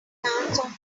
lifetime